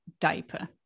diaper